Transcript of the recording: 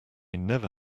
never